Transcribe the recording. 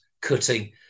cutting